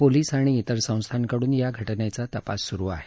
police आणि इतर संस्थांकडून या घटनेचा तपास स्रु आहे